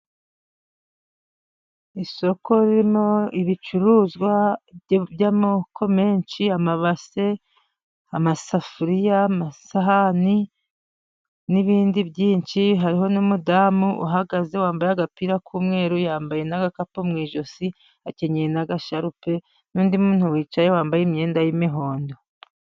Isoko ririmo ibicuruzwa by'amoko menshi, amabase, amasafuriya, amasahani, n'ibindi byinshi, hariho n'umudamu uhagaze wambaye agapira k'umweru, yambaye n'agakapu mu ijosi, akenyeye n'agasharupe, n'undi muntu wicaye, wambaye imyenda y'imihondo.